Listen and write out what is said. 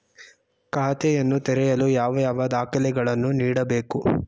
ಖಾತೆಯನ್ನು ತೆರೆಯಲು ಯಾವ ಯಾವ ದಾಖಲೆಗಳನ್ನು ನೀಡಬೇಕು?